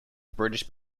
british